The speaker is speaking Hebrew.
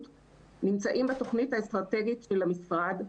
נמצאים בתוכנית האסטרטגית של המשרד.